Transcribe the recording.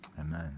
amen